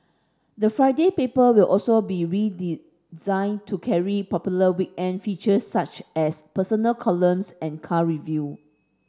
the Friday paper will also be redesigned to carry popular weekend features such as personal columns and car review